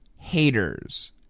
haters